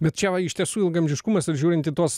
bet čia va iš tiesų ilgaamžiškumas ir žiūrint į tuos